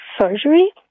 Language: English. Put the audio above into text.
surgery